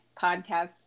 podcast